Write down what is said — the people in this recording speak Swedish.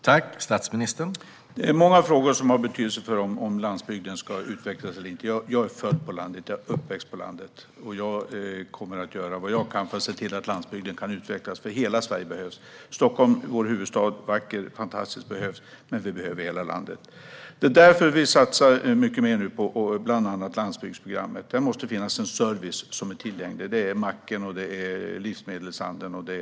Herr talman! Det är många frågor som har betydelse för om landsbygden ska utvecklas eller inte. Jag är född på landet och uppväxt på landet, och jag kommer att göra vad jag kan för att se till att landsbygden kan utvecklas. Hela Sverige behövs nämligen. Stockholm, vår huvudstad, är vacker och fantastisk. Den behövs - men vi behöver hela landet. Det är därför vi nu satsar mycket mer på bland annat Landsbygdsprogrammet. Det måste finnas en service som är tillgänglig. Det gäller macken, livsmedelshandeln och annat.